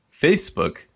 Facebook